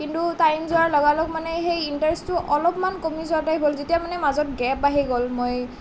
কিন্তু টাইম যোৱাৰ লগা লগ মানে সেই ইণ্টাৰেষ্টটো অলপমান কমি যোৱা টাইপ হ'ল যেতিয়া মানে মাজত গেপ আহি গ'ল মই